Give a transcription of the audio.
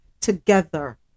together